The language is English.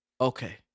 okay